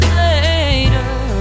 later